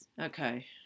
Okay